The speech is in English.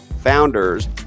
founders